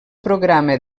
programa